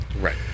Right